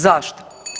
Zašto?